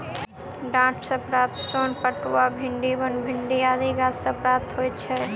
डांट सॅ प्राप्त सोन पटुआ, कुतरुम, भिंडी, बनभिंडी इत्यादि गाछ सॅ प्राप्त होइत छै